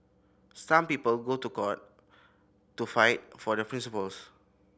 some people go to court to fight for their principles